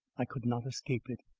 i could not escape it.